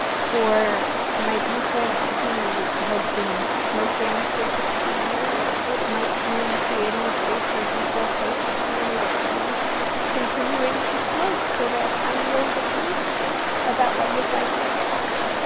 for my patient who has been smoking for sixty years, it might mean creating a space where he feels safe telling me that he's continuing to smoke so that i know the truth about what his life looks like.